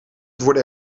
worden